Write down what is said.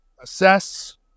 assess